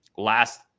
Last